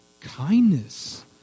kindness